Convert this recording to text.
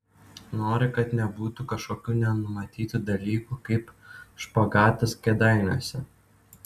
nori kad nebūtų kažkokių nenumatytų dalykų kaip špagatas kėdainiuose